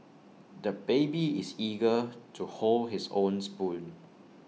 the baby is eager to hold his own spoon